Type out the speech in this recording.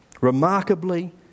Remarkably